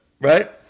right